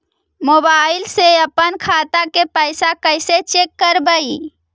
Mobile से अपन खाता के पैसा कैसे चेक करबई?